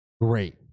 great